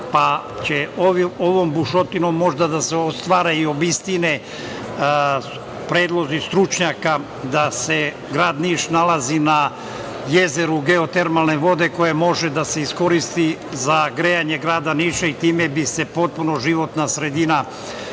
pa će ovom bušotinom možda da se ostvare i obistine predlozi stručnjaka da se grad Niš nalazi na jezeru geotermalne vode koja može da se iskoristi i za grejanje grada Niša. Time bi se potpuno životna sredina unapredila